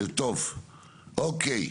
טוב, אוקיי.